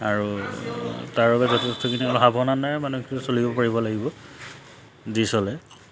আৰু তাৰ বাবে যথেষ্টখিনি অলপ সাৱধানেৰে মানুহখিনি চলিব পাৰিব লাগিব দি চলে